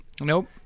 Nope